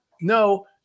no